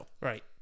Right